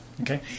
Okay